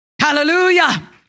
Hallelujah